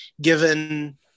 given